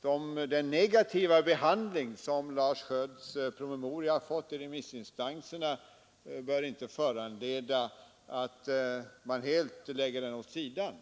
den negativa behandling som Lars Skiölds promemoria fått av remissinstanserna inte bör föranleda att man helt lägger den åt sidan.